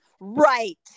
Right